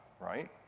Right